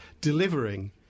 delivering